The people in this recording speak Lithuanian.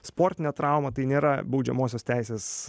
sportinė trauma tai nėra baudžiamosios teisės